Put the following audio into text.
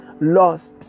lost